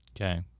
Okay